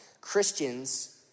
Christians